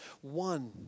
one